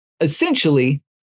essentially